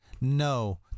No